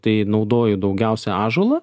tai naudoju daugiausia ąžuolą